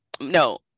No